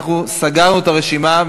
אנחנו סגרנו את הרשימה.